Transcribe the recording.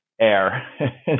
Air